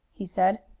he said.